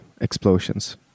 explosions